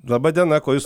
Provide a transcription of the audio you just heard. laba diena kuo jūs